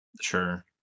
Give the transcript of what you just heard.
Sure